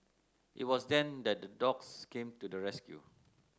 it was then that dogs came to the rescue